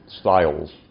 styles